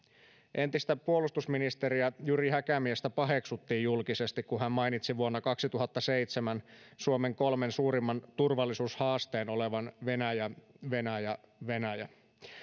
entistä puolustusministeriä jyri häkämiestä paheksuttiin julkisesti kun hän mainitsi vuonna kaksituhattaseitsemän suomen kolmen suurimman turvallisuushaasteen olevan venäjä venäjä venäjä